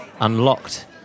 unlocked